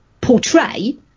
portray